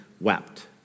wept